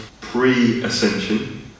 Pre-ascension